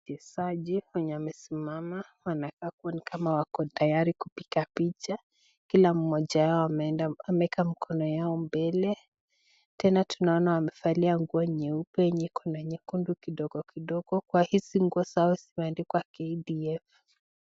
Wachezaji wenye wamesimama hapo ni kama wako tayari kupika picha kila moja yao amaweka mkono yao mbele tena tunaona wamefalia nguo nyeupe kuna nyukundu kidogo kidogo Kwa hizi nguo zao zimeandikwa KDF .